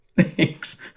Thanks